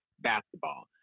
basketball